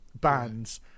bands